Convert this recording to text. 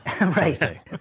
Right